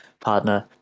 partner